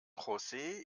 josé